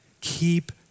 Keep